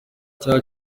icyaha